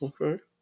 Okay